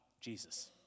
Jesus